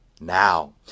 now